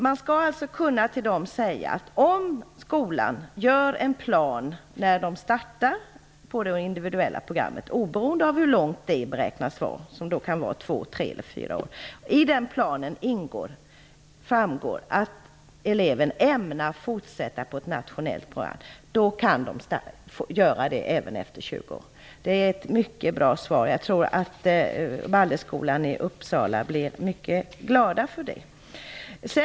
Man skall alltså till dem kunna säga: Om skolan gör en plan inför starten av det individuella programmet, oberoende av hur långt det beräknas vara -- det kan ju vara två tre eller fyra år -- av vilken det framgår att eleven ämnar fortsätta på ett nationellt program, så kan eleven få göra det även efter 20 års ålder. Det är ett mycket bra svar. Jag tror att man på Baldersskolan i Uppsala blir mycket glad över detta besked.